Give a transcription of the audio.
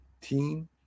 team